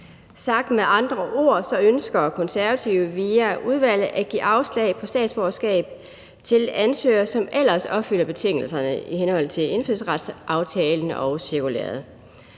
Sagt med andre ord ønsker Konservative via udvalget at give afslag på statsborgerskab til ansøgere, som ellers opfylder betingelserne i henhold til indfødsretsaftalen og cirkulæret.